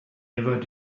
ever